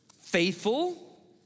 faithful